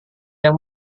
yang